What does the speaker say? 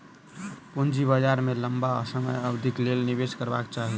पूंजी बाजार में लम्बा समय अवधिक लेल निवेश करबाक चाही